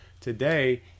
today